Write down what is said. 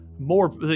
More